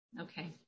Okay